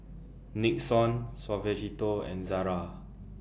Nixon Suavecito and Zara